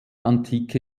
antike